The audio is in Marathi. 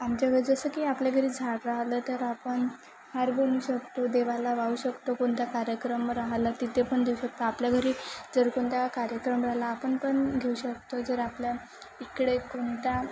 आमच्याकडे जसं की आपल्या घरी झाड राहिलं तर आपण हार बनू शकतो देवाला वाहू शकतो कोणत्या कार्यक्रम राहिलं तिथे पण देऊ शकतो आपल्या घरी जर कोणत्या कार्यक्रम राहिला आपण पण घेऊ शकतो जर आपल्या इकडे कोणता